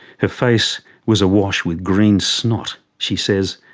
her face was awash with green snot. she says,